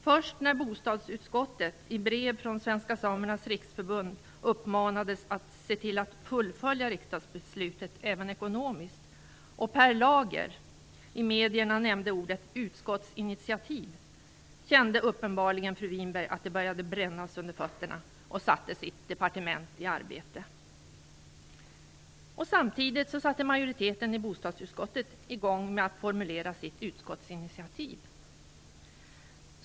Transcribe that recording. Först när bostadsutskottet i brev från Svenska samernas riksförbund uppmanades att fullfölja riksdagsbeslutet även ekonomiskt, och när Per Lager i medierna nämnde ordet "utskottsinitiativ", kände uppenbarligen fru Winberg att det började brännas under fötterna. Då satte hon sitt departement i arbete. Samtidigt satte majoriteten i bostadsutskottet i gång med att formulera sitt utskottsinitiativ.